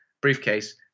briefcase